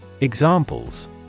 Examples